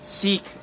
seek